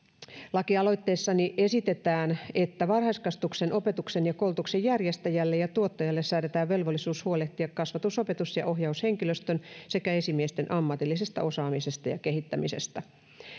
lakialoitteessani esitetään että varhaiskasvatuksen opetuksen ja koulutuksen järjestäjälle ja tuottajalle säädetään velvollisuus huolehtia kasvatus opetus ja ohjaushenkilöstön sekä esimiesten ammatillisesta osaamisesta ja kehittämisestä